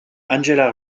angela